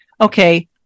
Okay